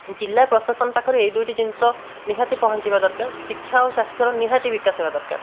ଜିଲ୍ଲା ପ୍ରଶାସନ ପାଖରେ ଏହି ଦୁଇଟି ଜିନିଷ ନିହାତି ପହଞ୍ଚିବା ଦରକାର ଶିକ୍ଷା ଓ ସ୍ୱାସ୍ଥ୍ୟର ନିହାତି ବିକାଶ ହେବା ଦରକାର